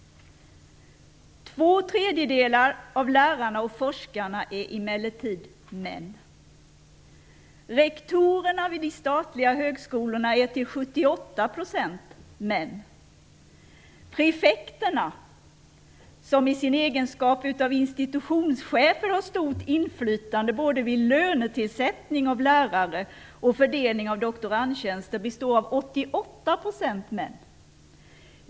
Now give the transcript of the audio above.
Två tredjedelar av lärarna och forskarna är emellertid män. Rektorerna vid de statliga högskolorna är till 78 % män. Prefekterna, som i sin egenskap av institutionschefer har stort inflytande vid lönesättning av lärare och fördelning av doktorandtjänster, är till 88 % män.